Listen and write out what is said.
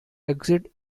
exit